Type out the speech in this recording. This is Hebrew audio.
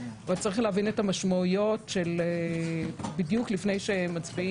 אבל צריך להבין את המשמעויות בדיוק לפני שמצביעים,